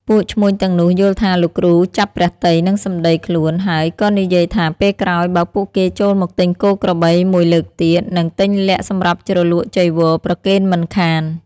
ពួកឈ្មួញទាំងនោះយល់ថាលោកគ្រូចាប់ព្រះទ័យនឹងសំដីខ្លួន ហើយក៏និយាយថាពេលក្រោយបើពួកគេចូលមកទិញគោក្របីមួយលើកទៀត នឹងទិញល័ក្តសម្រាប់ជ្រលក់ចីវរប្រគេនមិនខាន។